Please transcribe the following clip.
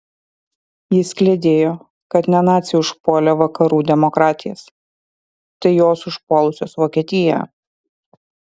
jis kliedėjo kad ne naciai užpuolė vakarų demokratijas tai jos užpuolusios vokietiją